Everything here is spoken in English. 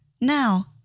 Now